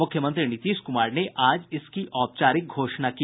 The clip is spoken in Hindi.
मुख्यमंत्री नीतीश कुमार ने आज इसकी औपचारिक घोषणा की